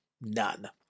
None